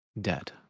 dead